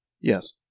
Yes